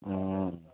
अँ